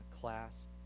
class